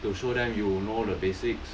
to show them you know the basics